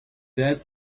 dead